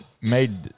made